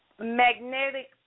magnetic